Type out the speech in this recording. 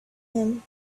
him